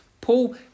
Paul